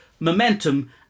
momentum